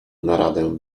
naradę